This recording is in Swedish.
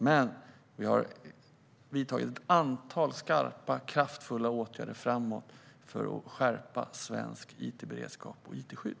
Men vi har vidtagit ett antal skarpa, kraftfulla åtgärder för att skärpa svensk it-beredskap och svenskt it-skydd.